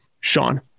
Sean